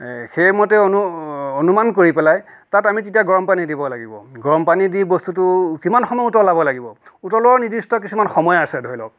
সেইমতে অনুমান কৰি পেলাই তাত আমি তেতিয়া গৰম পানী দিব লাগিব গৰম পানী দি বস্তুটো কিমান সময় উতলাব লাগিব উতলোৱাৰো নিৰ্দিষ্ট কিছুমান সময় আছে ধৰি লওক